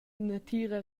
natira